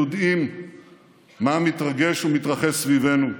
יודעים מה מתרגש ומתרחש סביבנו.